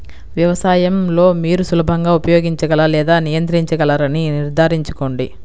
వ్యవసాయం లో మీరు సులభంగా ఉపయోగించగల లేదా నియంత్రించగలరని నిర్ధారించుకోండి